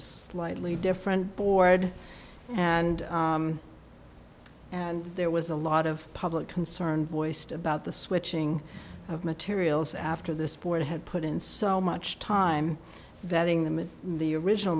a slightly different board and and there was a lot of public concern voiced about the switching of materials after this board had put in so much time betting the mint the original